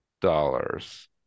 dollars